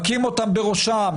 מכים אותם בראשם,